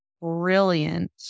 brilliant